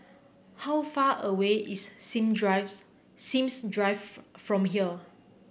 how far away is Sim Drives Sims Drive for from here